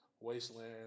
wasteland